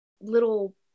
little